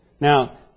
Now